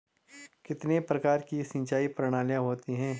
कितने प्रकार की सिंचाई प्रणालियों होती हैं?